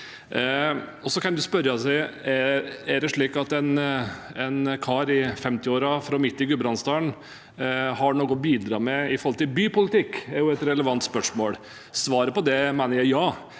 Er det slik at en kar i 50-åra fra midt i Gudbrandsdalen har noe å bidra med når det gjelder bypolitikk? Det er et relevant spørsmål. Svaret på det mener jeg er